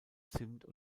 zimt